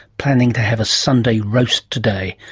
planning to have a sunday roast today,